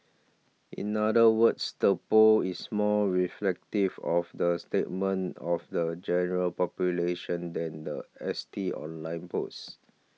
in other words the poll is more reflective of the statement of the general population than the S T online polls